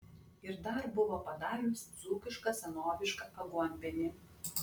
ir dar buvo padarius dzūkišką senovišką aguonpienį